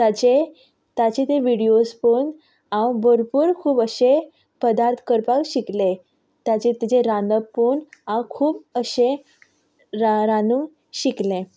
ताचें ताचें ते विडिओस पळोवन हांव भरपूर खूब अशें पदार्थ करपाक शिकलें ताचे ताजेर रांदप पळोवन हांव खूब अशें रांदूंक शिकलें